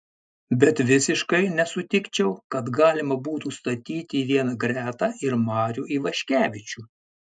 bet visiškai nesutikčiau kad galima būtų statyti į vieną gretą ir marių ivaškevičių